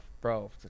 bro